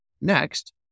next